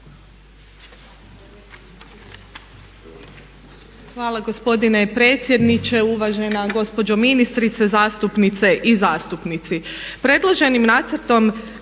Hvala gospodine predsjedniče, uvažena gospođo ministrice, zastupnice i zastupnici.